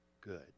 good